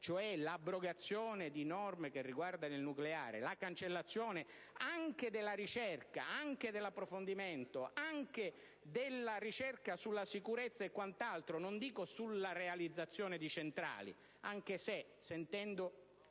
cioè l'abrogazione di norme che riguardano il nucleare, la cancellazione anche della ricerca, dell'approfondimento, della ricerca sulla ricerca, e quant'altro. Non mi riferisco alla realizzazione di centrali, anche se a sentire